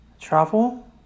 travel